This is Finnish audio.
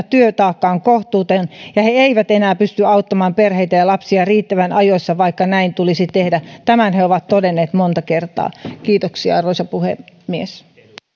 työtaakka on kohtuuton ja ja he eivät enää pysty auttamaan perheitä ja lapsia riittävän ajoissa vaikka näin tulisi tehdä tämän he ovat todenneet monta kertaa kiitoksia arvoisa puhemies